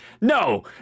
no